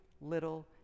little